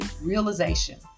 realization